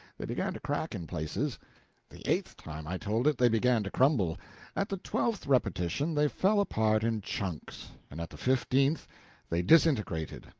they began to crack in places the eight time i told it, they began to crumble at the twelfth repetition they fell apart in chunks and at the fifteenth they disintegrated,